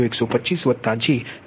0125 j0